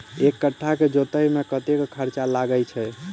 एक कट्ठा केँ जोतय मे कतेक खर्चा लागै छै?